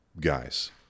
guys